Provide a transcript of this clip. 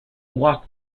walk